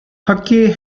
hockey